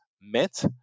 met